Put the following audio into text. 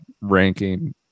ranking